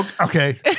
Okay